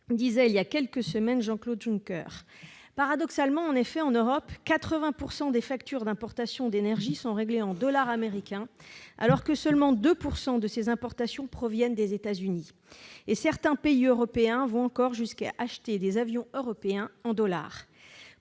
disait, voilà quelques semaines, Jean-Claude Juncker. Paradoxalement, en Europe, 80 % des factures d'importation d'énergie sont réglées en dollars américains, alors que seulement 2 % de ces importations proviennent des États-Unis, et certains pays européens vont jusqu'à acheter des avions européens en dollars.